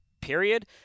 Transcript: period